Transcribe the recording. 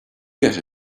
get